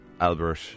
Albert